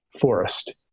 forest